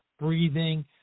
breathing